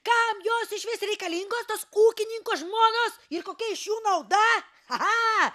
kam jos išvis reikalingo tas ūkininko žmonos ir kokia iš jų nauda a